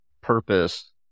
purpose